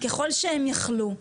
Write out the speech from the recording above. ככל שהם יכלו.